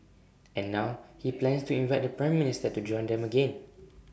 and now he plans to invite the Prime Minister to join them again